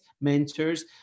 mentors